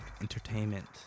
entertainment